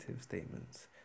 statements